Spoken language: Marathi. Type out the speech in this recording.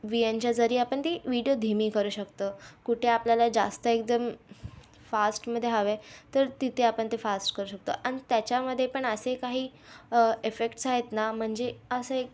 व्ही एनच्या जरीये आपण ती विडिओ धीमी करू शकतो कुठे आपल्याला जास्त एकदम फास्टमध्ये हवे आहे तर तिथे आपण ते फास्ट करू शकतो आणि त्याच्यामध्ये पण असे काही इफेक्ट्स आहेत ना म्हणजे असं एक